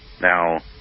Now